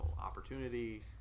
opportunity